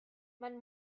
man